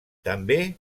també